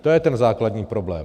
To je ten základní problém.